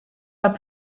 pas